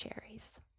cherries